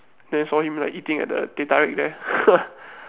then I saw him like eating at the teh-tarik there